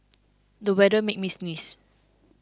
the weather made me sneeze